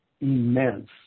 immense